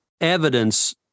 evidence